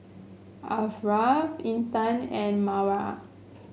Ashraf Intan and Mawar